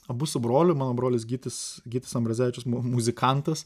abu su broliu mano brolis gytis gytis ambrazevičius muzikantas